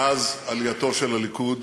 מאז עלייתו של הליכוד